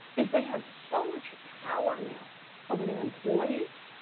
is they have so much power now over their employees,